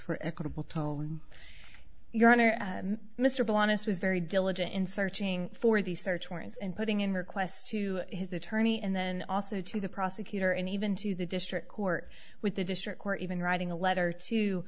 for equitable tone your honor mr bill honest was very diligent in searching for these search warrants and putting in requests to his attorney and then also to the prosecutor and even to the district court with the district court even writing a letter to